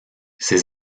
ses